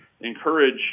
encourage